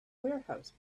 warehouse